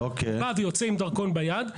כשאתה בא ויוצא עם דרכון ביד,